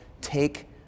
take